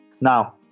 Now